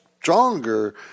stronger